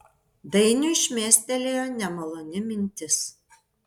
dainiui šmėstelėjo nemaloni mintis